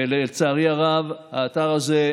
ולצערי הרב האתר הזה,